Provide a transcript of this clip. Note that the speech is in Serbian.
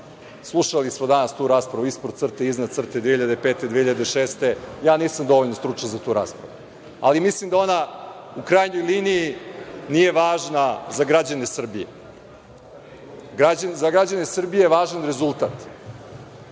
slušali smo danas tu raspravu, ispod crte, iznad crte, 2005, 2006, ja nisam dovoljno stručan za tu raspravu, ali mislim da ona u krajnjoj liniji nije važna za građane Srbije. Za građane Srbije je važan rezultat,